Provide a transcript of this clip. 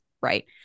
right